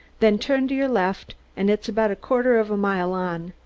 then turn to your left, and it's about a quarter of a mile on.